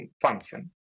function